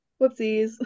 Whoopsies